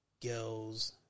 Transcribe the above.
girls